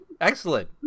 Excellent